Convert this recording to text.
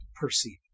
perceive